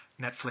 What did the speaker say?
Netflix